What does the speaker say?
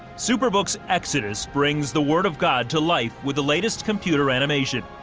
superbook's exodus brings the word of god to life with the latest computer animation,